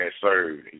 served